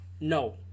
No